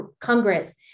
Congress